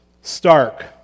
stark